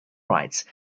rights